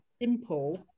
simple